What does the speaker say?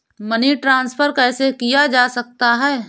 Money transfer कैसे किया जा सकता है?